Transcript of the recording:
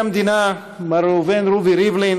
מר מילוש זמאן